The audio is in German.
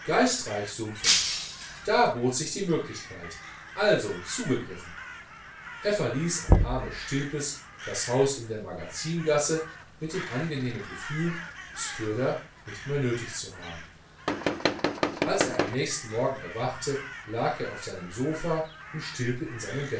geistreich sumpfen da bot sich die möglichkeit also zugegriffen er verließ am arme stilpes das haus in der magazingasse mit dem angenehmen gefühl es fürder nicht mehr nötig zu haben als er am nächsten morgen erwachte lag er auf seinem sopha und stilpe in seinem